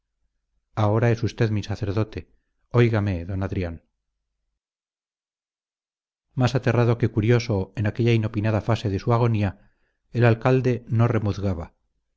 ahora es usted mi sacerdote óigame d adrián más aterrado que curioso en aquella inopinada fase de su agonía el alcalde no remuzgaba